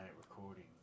recording